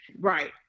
right